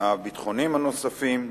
הביטחוניים הנוספים.